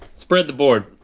spread the board.